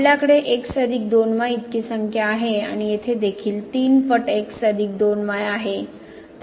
आपल्याकडे x अधिक 2 y इतकी संख्या आहे आणि येथे देखील 3 पट x अधिक 2 y आहे